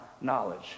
knowledge